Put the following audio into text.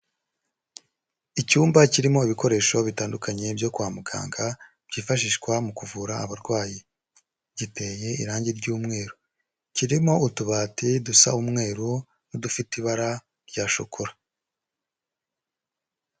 Icyumba kirimo ibikoresho bitandukanye byo kwa muganga, byifashishwa mu kuvura abarwayi. Giteye irangi ry'umweru. Kirimo utubati dusa umweru n'udufite ibara rya shokora.